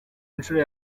nshuro